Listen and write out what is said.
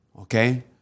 Okay